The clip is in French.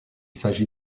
s’agit